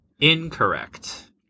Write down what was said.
incorrect